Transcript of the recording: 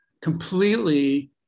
completely